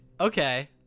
Okay